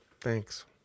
thanks